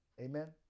Amen